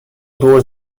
دور